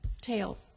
tail